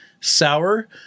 sour